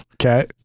Okay